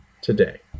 today